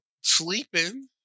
sleeping